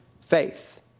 faith